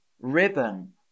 ribbon